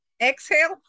Exhale